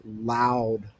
loud